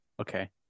Okay